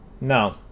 No